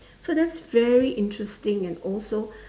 so that's very interesting and also